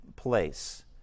place